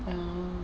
oh